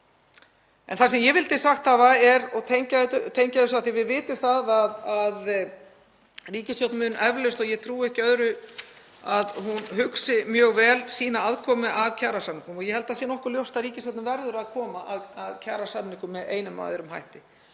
Það sem ég vildi sagt hafa og tengja þessu er að við vitum það að ríkisstjórnin mun eflaust og ég trúi ekki öðru en að hún hugsi mjög vel um sína aðkomu að kjarasamningum. Ég held að það sé nokkuð ljóst að ríkisstjórnin verður að koma að kjarasamningum með einum eða öðrum hætti.